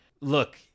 look